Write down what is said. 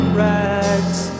rags